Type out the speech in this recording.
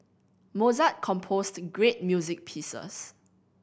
Mozart composed great music pieces